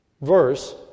verse